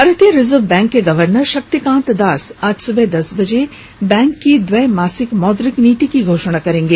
भारतीय reserve bank के governor Shaktikanta Das आज सुबह दस बजे बैंक की द्विमासिक मौद्रिक नीति की घोषणा करेंगे